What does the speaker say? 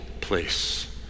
place